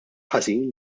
ħażin